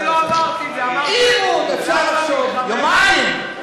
אפשר לחשוב, יומיים.